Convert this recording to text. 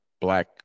black